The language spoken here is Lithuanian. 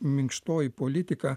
minkštoji politika